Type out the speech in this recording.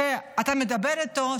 כשאתה מדבר איתו,